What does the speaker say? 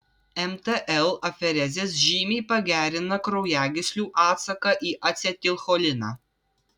mtl aferezės žymiai pagerina kraujagyslių atsaką į acetilcholiną